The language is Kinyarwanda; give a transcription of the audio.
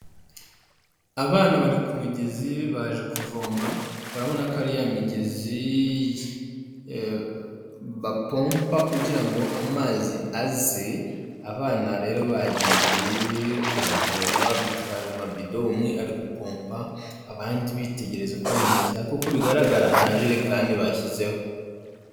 Abana bari ku mugezi, baje kuvoma, urabona ko ari ya migezi bapompa kugira ngo amazi aze, abana rero bagiye kuyavoma, bitwaje amabido, umwe ari gupompa, abandi bitegereza uko bimeze, ariko uko bigaragara nta jerekani bashyizeho.